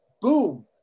boom